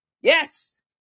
Yes